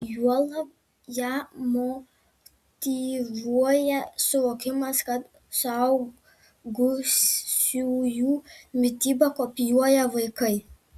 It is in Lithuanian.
juolab ją motyvuoja suvokimas kad suaugusiųjų mitybą kopijuoja vaikai